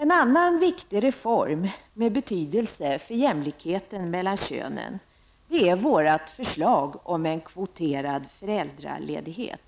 En annan viktig reform med betydelse för jämlikheten mellan könen är vårt förslag om en kvoterad föräldraledighet.